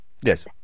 Yes